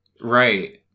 right